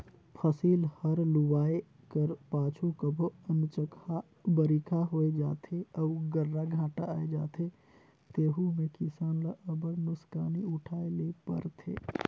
फसिल हर लुवाए कर पाछू कभों अनचकहा बरिखा होए जाथे अउ गर्रा घांटा आए जाथे तेहू में किसान ल अब्बड़ नोसकानी उठाए ले परथे